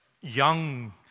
young